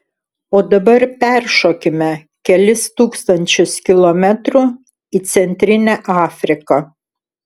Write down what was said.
o dabar peršokime kelis tūkstančius kilometrų į centrinę afriką